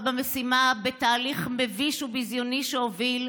במשימה בתהליך מביש וביזיוני שהוביל,